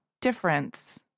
difference